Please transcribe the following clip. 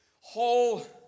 whole